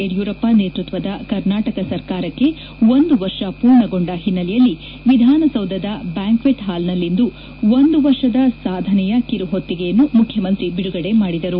ಯಡಿಯೂರಪ್ಪ ನೇತೃತ್ವದ ಕರ್ನಾಟಕ ಸರ್ಕಾರಕ್ಕೆ ಒಂದು ವರ್ಷ ಪೂರ್ಣಗೊಂಡ ಹಿನ್ನೆಲೆಯಲ್ಲಿ ವಿಧಾನಸೌಧದ ಬ್ಲಾಂಕ್ಷೆಂಟ್ ಹಾಲ್ನಲ್ಲಿಂದು ಒಂದು ವರ್ಷದ ಸಾಧನೆಯ ಕಿರುಹೊತ್ತಿಗೆಯನ್ನು ಮುಖ್ಯಮಂತ್ರಿ ಬಿಡುಗಡೆ ಮಾಡಿದರು